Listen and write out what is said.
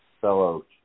fellow